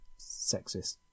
sexist